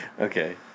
Okay